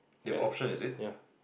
can ya